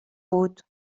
بود